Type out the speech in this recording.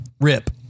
Rip